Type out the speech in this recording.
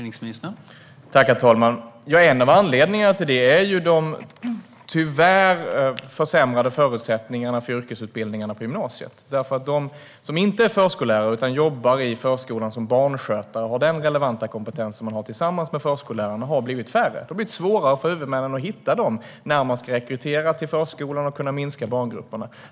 Herr talman! En av anledningarna till det är de tyvärr försämrade förutsättningarna för yrkesutbildningarna på gymnasiet. De som inte är förskollärare utan jobbar i förskolan som barnskötare - de har en relevant kompetens tillsammans med förskollärarna - har blivit färre. Det har blivit svårare för huvudmännen att hitta dem när de ska rekrytera till förskolan och kunna minska barngrupperna.